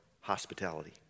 hospitality